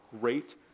great